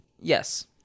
Yes